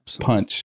Punch